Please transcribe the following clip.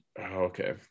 okay